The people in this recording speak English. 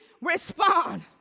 respond